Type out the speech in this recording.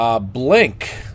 Blink